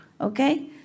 Okay